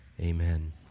amen